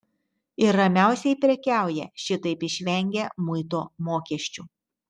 ir ramiausiai prekiauja šitaip išvengę muito mokesčių